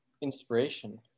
inspiration